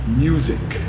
music